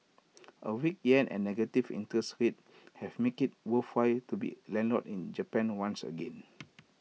A weak Yen and negative interest rates have made IT worthwhile to be A landlord in Japan once again